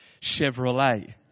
Chevrolet